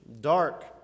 dark